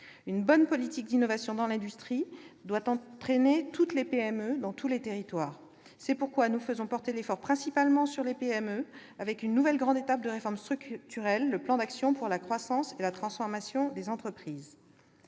Une bonne politique d'innovation dans l'industrie doit entraîner toutes les PME, dans tous les territoires. C'est pourquoi nous faisons porter l'effort principalement sur les PME, avec une nouvelle grande étape de réformes structurelles, le plan d'action pour la croissance et la transformation des entreprises.